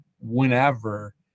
whenever